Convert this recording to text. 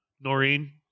Noreen